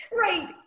Right